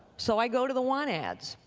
so i go to the want ads.